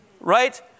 Right